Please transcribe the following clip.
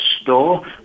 store